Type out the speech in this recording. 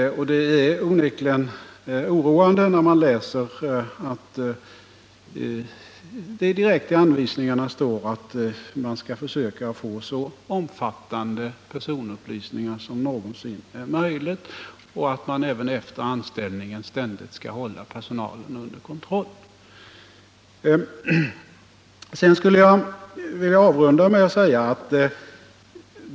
Det är onekligen oroande när det direkt i gällande anvisningar står att man skall försöka få så omfattande personupplysningar som någonsin är möjligt och att man även efter anställningen ständigt skall hålla personalen under kontroll. Sedan skulle jag vilja avrunda med att säga följande.